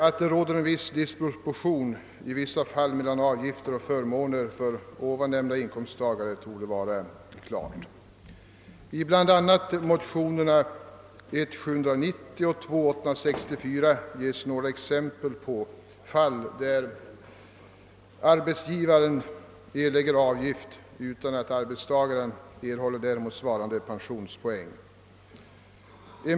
Att det i vissa fall råder en disproportion mellan avgifter och förmåner för deltidsoch korttidsanställda torde stå klart. I bl.a. motionerna I: 790 och 11:864 ges några exempel på fall där arbetsgivaren erlägger avgift utan att arbetstagaren erhåller däremot svarande pensionspoäng.